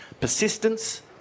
persistence